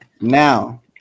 Now